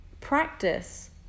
practice